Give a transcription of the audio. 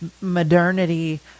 modernity